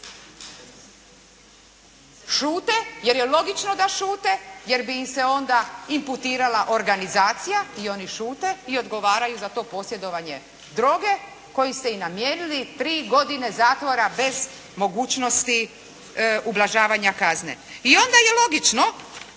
šute jer je logično da šute, jer bi ih se onda imputirala organizacija i oni šute i odgovaraju da to posjedovanje droge koji ste i namijenili tri godine zatvora bez mogućnosti ublažavanja kazne. I onda je logično